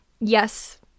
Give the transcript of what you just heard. Yes